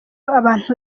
abantu